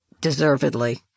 deservedly